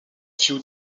few